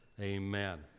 Amen